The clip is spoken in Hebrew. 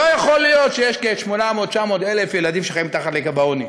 לא יכול להיות שיש 800,000 900,000 ילדים שחיים מתחת לקו העוני.